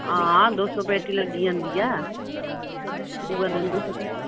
हां हां दो सौ पेटी लगी जन्दी ऐ दुए दिन बी फिर